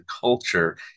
culture